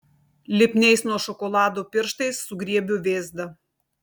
lipniais nuo šokolado pirštais sugriebiu vėzdą